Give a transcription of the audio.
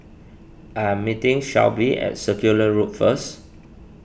I am meeting Shelbie at Circular Road first